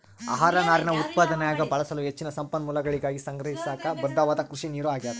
ಆಹಾರ ನಾರಿನ ಉತ್ಪಾದನ್ಯಾಗ ಬಳಸಲು ಹೆಚ್ಚಿನ ಸಂಪನ್ಮೂಲಗಳಿಗಾಗಿ ಸಂಗ್ರಹಿಸಾಕ ಬದ್ಧವಾದ ಕೃಷಿನೀರು ಆಗ್ಯಾದ